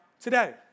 today